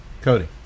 Cody